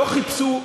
לא חיפשו.